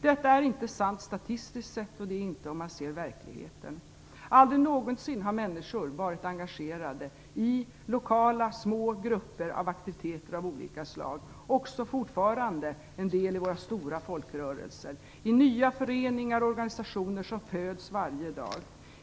Det är inte sant statistiskt sett, och det är inte sant om man ser på verkligheten. Aldrig någonsin har människor som i dag varit engagerade i lokala, små grupper för aktiviteter av olika slag, och fortfarande en del i våra stora folkrörelser, i nya föreningar och organisationer som föds varje dag.